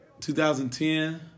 2010